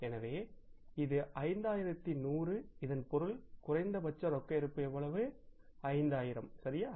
எனவே இது 5100 இதன் பொருள் குறைந்தபட்ச ரொக்க இருப்பு எவ்வளவு 5000 சரியா